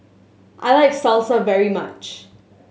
I like Salsa very much